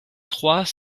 trois